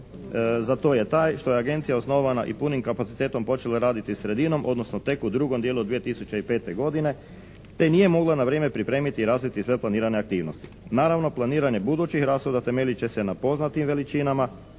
za to je taj što je Agencija osnovana i punim kapacitetom počela raditi sredinom, odnosno tek u drugom dijelu 2005. godine te nije mogla na vrijeme pripremiti i razviti sve planirane aktivnosti. Naravno planiranje budućih rashoda temeljit će se na poznatim veličinama,